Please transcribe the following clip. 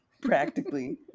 Practically